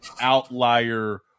outlier